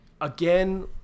Again